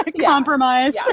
Compromise